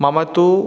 मम तु